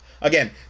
Again